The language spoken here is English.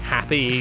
Happy